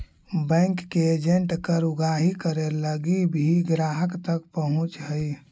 bank के agent कर उगाही करे लगी भी ग्राहक तक पहुंचऽ हइ